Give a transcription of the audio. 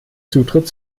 zutritt